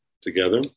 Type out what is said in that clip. together